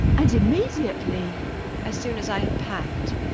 and immediately as soon as i have packed.